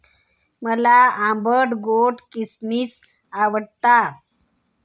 मला आंबट गोड किसमिस आवडतात